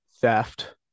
theft